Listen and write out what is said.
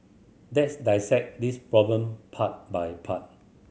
let's dissect this problem part by part